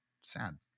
sad